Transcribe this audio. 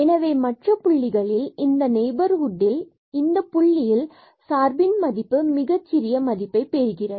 எனவே மற்ற புள்ளிகளில் இந்த நெய்பர்ஹுட்டில் இந்த புள்ளியில் சார்பின் மதிப்பு மிகச்சிறிய மதிப்பைப் பெறுகிறது